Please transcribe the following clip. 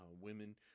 Women